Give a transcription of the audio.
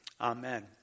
Amen